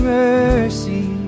mercy